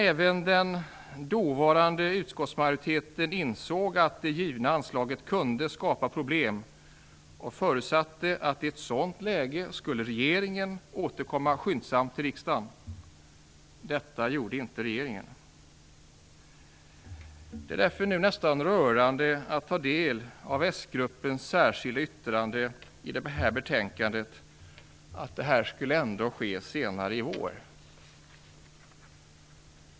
Även den dåvarande utskottsmajoriteten insåg att det givna anslaget kunde skapa problem och förutsatte att i ett sådant läge skulle regeringen skyndsamt återkomma till riksdagen. Detta gjorde inte regeringen! Det är därför nu nästan rörande att ta del av sgruppens särskilda yttrande i det här betänkandet om att detta ändå skulle ske senare i år.